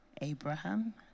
Abraham